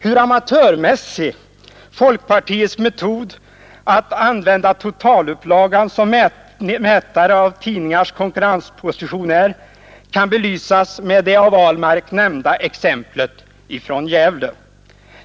Hur amatörmässig folkpartiets metod att använda totalupplagan som mätare av tidningars konkurrensposition är kan belysas med det av herr Ahlmark nämnda exemplet från Gävle.